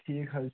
ٹھیٖک حظ چھُ